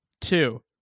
Two